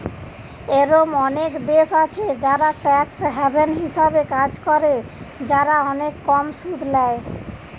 এরোম অনেক দেশ আছে যারা ট্যাক্স হ্যাভেন হিসাবে কাজ করে, যারা অনেক কম সুদ ল্যায়